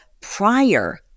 prior